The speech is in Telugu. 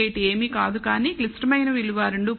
18 ఏమీ కాద కానీ క్లిష్టమైన విలువ 2